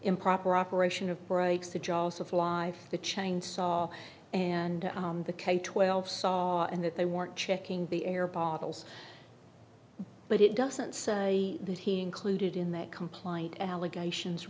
improper operation of brakes the jaws of life the chain saw and the k twelve saw and that they were checking the air bottles but it doesn't say that he included in that compliant allegations